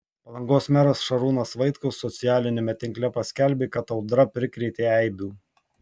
palangos meras šarūnas vaitkus socialiniame tinkle paskelbė kad audra prikrėtė eibių